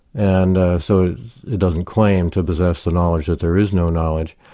and so it doesn't claim to possess the knowledge that there is no knowledge.